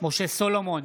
משה סולומון,